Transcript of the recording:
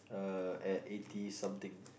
uh at eighty something